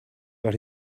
but